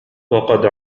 وقد